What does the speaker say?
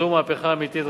זוהי מהפכה אמיתית,